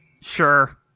Sure